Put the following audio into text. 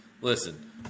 listen